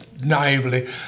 naively